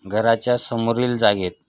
घराच्या समोरील जागेत